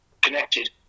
connected